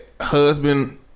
husband